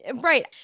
right